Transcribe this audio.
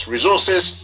Resources